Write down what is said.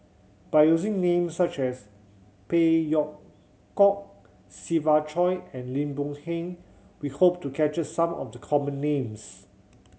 by using names such as Phey Yew Kok Siva Choy and Lim Boon Heng we hope to capture some of the common names